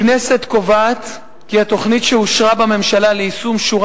הכנסת קובעת כי התוכנית שאושרה בממשלה ליישום שורה